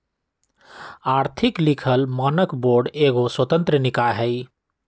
आर्थिक लिखल मानक बोर्ड एगो स्वतंत्र निकाय हइ